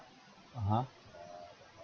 (uh huh)